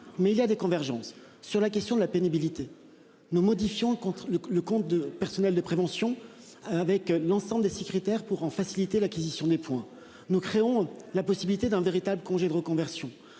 mais il y a des convergences sur la question de la pénibilité. Nous modifions contre le le compte de personnel de prévention. Avec l'ensemble des secrétaires pour en faciliter l'acquisition des points nous créons la possibilité d'un véritable congé de reconversion,